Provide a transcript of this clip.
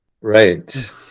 right